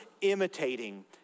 imitating